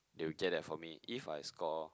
they will get that for me if I score